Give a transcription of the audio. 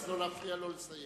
אז לא להפריע לו לסיים.